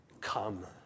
Come